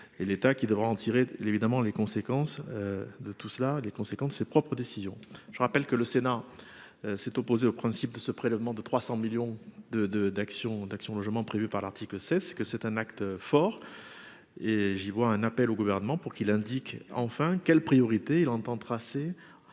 et l'État, qui devra en tirer évidemment les conséquences de tout cela, les conséquences de ses propres décisions, je rappelle que le Sénat s'est opposée au principe de ce prélèvement de 300 millions de de d'actions d'Action Logement prévue par l'article 16 c'est que c'est un acte fort, et j'y vois un appel au gouvernement pour qu'il indique enfin quelles priorités il entend tracer